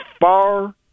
far